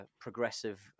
progressive